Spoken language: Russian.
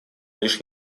лишь